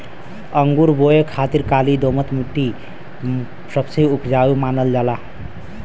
अंगूर बोए खातिर काली दोमट मट्टी सबसे उपजाऊ मानल जाला